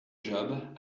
job